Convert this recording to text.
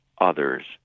others